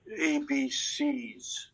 ABCs